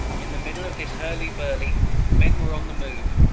in the middle of this hurly-burly men were on the move,